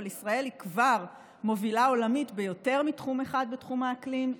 אבל ישראל היא כבר מובילה עולמית ביותר מתחום אחד בתחום האקלים,